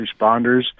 responders